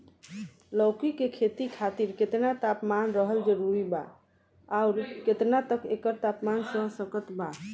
लौकी के खेती खातिर केतना तापमान रहल जरूरी बा आउर केतना तक एकर तापमान सह सकत बा?